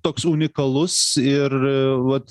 toks unikalus ir vat